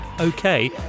Okay